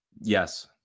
Yes